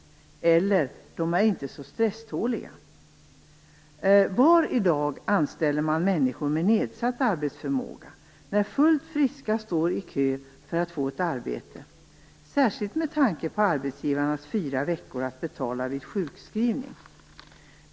Det kan också vara så att de inte är så stresståliga. Var i dag anställer man människor med nedsatt arbetsförmåga, när fullt friska står i kö får att få ett arbete? Det sker sällan, särskilt med tanke på den fyra veckor långa sjukskrivningsperiod som arbetsgivarna skall betala för.